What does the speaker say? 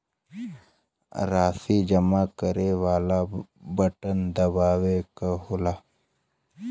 राशी जमा करे वाला बटन दबावे क होला